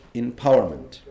empowerment